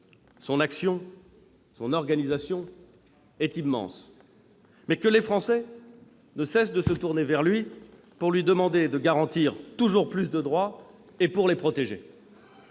son action et son organisation, est immense. Toutefois, les Français ne cessent de se tourner vers lui, pour lui demander de garantir toujours plus de droits et pour les protéger.